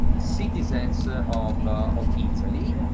citizens of of italy.